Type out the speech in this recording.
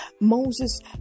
Moses